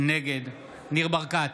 נגד ניר ברקת,